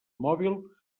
mòbil